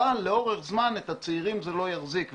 אבל לאורך זמן את הצעירים זה לא יחזיק.